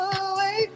away